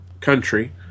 country